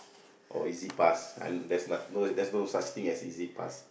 or easy pass there's no such thing as easy pass